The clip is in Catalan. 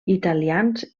italians